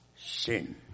sin